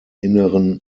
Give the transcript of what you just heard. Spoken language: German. inneren